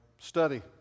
study